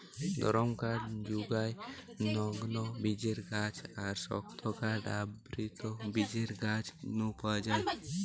নরম কাঠ জুগায় নগ্নবীজের গাছ আর শক্ত কাঠ আবৃতবীজের গাছ নু পাওয়া যায়